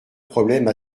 problème